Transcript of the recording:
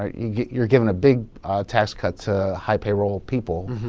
ah you're giving a big tax cut to high-payroll people.